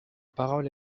parole